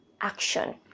action